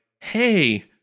hey